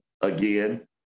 again